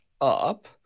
up